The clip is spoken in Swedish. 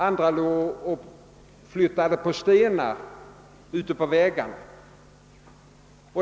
Andra flyttade på stenar ute på vägarna.